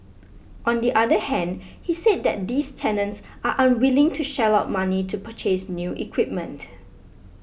on the other hand he said that these tenants are unwilling to shell out money to purchase new equipment